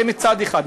זה מצד אחד.